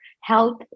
health